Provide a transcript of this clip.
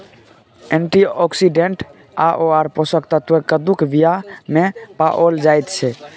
antioxidant आओर पोषक तत्व कद्दूक बीयामे पाओल जाइत छै